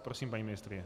Prosím, paní ministryně.